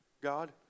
God